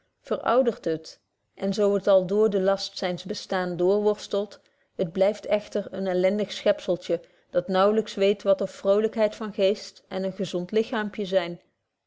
verouderd het en zo het al dr den last zyns bestaans doorworstelt het blyft echter een elendig schepzeltje dat naauwlyks weet wat of vrolykheid van geest en een gezond lichaampje zyn